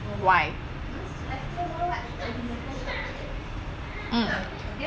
why um